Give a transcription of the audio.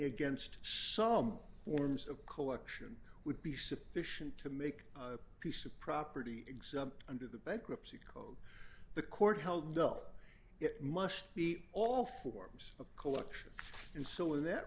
against some forms of collection would be sufficient to make a piece of property exempt under the bankruptcy the court held up it must be all forms of collection and so in that